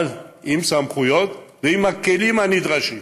אבל עם סמכויות ועם הכלים הנדרשים.